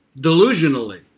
delusionally